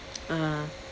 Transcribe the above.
ah